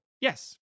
yes